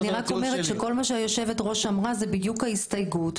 אני רק אומרת שכל מה שהיו"ר אמרה זה בדיוק ההסתייגות,